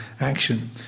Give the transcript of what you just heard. action